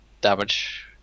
damage